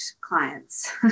clients